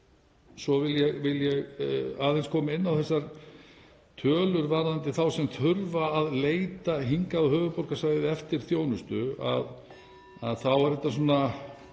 Svo vil ég aðeins koma inn á þessar tölur varðandi þá sem þurfa að leita hingað á höfuðborgarsvæðið eftir þjónustu. (Forseti